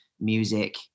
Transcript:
music